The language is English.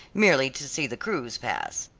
merely to see the crews pass.